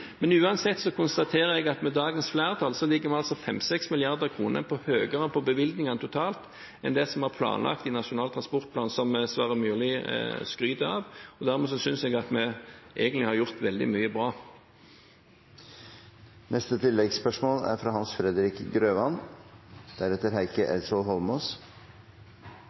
Uansett konstaterer jeg at med dagens flertall ligger vi 5–6 mrd. kr høyere på bevilgninger totalt enn det som var planlagt i Nasjonal transportplan som representanten Sverre Myrli skryter av, og dermed så synes jeg at vi egentlig har gjort veldig mye bra. Hans Fredrik Grøvan – til oppfølgingsspørsmål. Det er